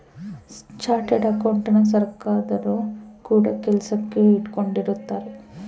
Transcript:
chartered ಅಕೌಂಟೆಂಟನ ಸರ್ಕಾರದೊರು ಕೂಡ ಕೆಲಸಕ್ ಇಟ್ಕೊಂಡಿರುತ್ತಾರೆ